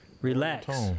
Relax